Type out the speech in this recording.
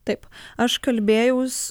taip aš kalbėjaus